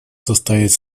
составить